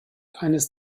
eines